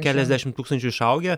keliasdešimt tūkstančių išaugę